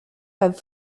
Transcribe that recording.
have